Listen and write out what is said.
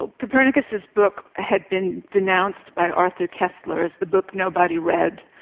but copernicus's book had been denounced by arthur koestler as the book nobody read,